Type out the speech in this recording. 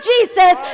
Jesus